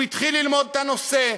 הוא התחיל ללמוד את הנושא.